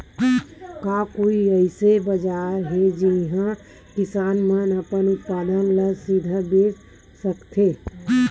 का कोई अइसे बाजार हे जिहां किसान मन अपन उत्पादन ला सीधा बेच सकथे?